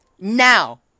now